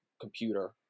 computer